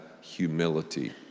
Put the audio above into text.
humility